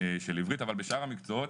של עברית, אבל בשאר המקצועות